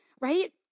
right